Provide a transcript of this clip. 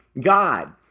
God